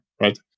right